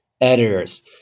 editors